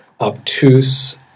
obtuse